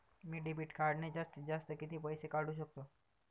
मी debit कार्डने जास्तीत जास्त किती पैसे काढू शकतो?